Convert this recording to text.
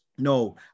No